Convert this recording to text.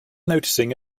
noticing